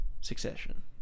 Succession